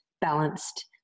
balanced